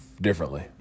differently